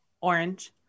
Orange